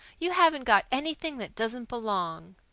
you haven't got anything that doesn't belong.